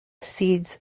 seeds